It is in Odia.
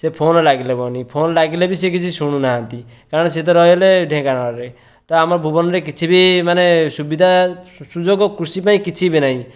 ସେ ଫୋନ୍ ଲାଗିବନି ଫୋନ୍ ଲାଗିଲେ ବି ସେ କିଛି ଶୁଣୁନାହାନ୍ତି କାରଣ ସେ ତ ରହିଲେ ଢେଙ୍କାନାଳରେ ତ ଆମ ଭୁବନରେ କିଛି ବି ମାନେ ସୁବିଧା ସୁଯୋଗ କୃଷି ପାଇଁ କିଛି ବି ନାହିଁ